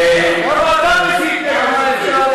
כמה אפשר?